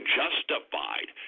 justified